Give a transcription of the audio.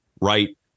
right